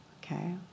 okay